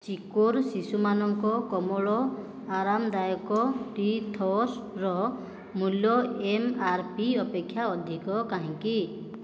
ଚିକ୍କୋର ଶିଶୁମାନଙ୍କ କୋମଳ ଆରାମଦାୟକ ଟି'ଥର୍ସ୍ର ମୂଲ୍ୟ ଏମ୍ ଆର୍ ପି ଅପେକ୍ଷା ଅଧିକ କାହିଁକି